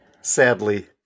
sadly